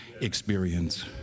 experience